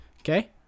Okay